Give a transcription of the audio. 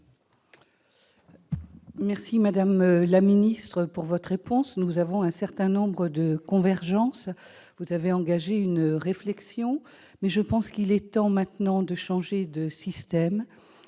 remercie, madame la ministre, de votre réponse. Nous avons un certain nombre de convergences. Vous avez engagé une réflexion, mais je pense qu'il est maintenant temps de changer de système.